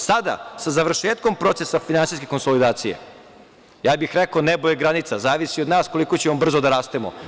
Sada, sa završetkom procesa finansijske konsolidacije, rekao bih – nebo je granica, zavisi od nas koliko ćemo brzo da rastemo.